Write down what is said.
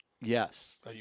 Yes